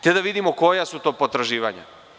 Hajde da vidimo koja su to potraživanja.